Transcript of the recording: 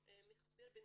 ומחבר,